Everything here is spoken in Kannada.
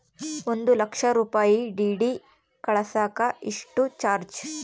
ಒಂದು ಲಕ್ಷ ರೂಪಾಯಿ ಡಿ.ಡಿ ಕಳಸಾಕ ಎಷ್ಟು ಚಾರ್ಜ್?